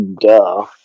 duh